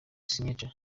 signature